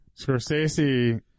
Scorsese